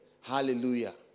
Hallelujah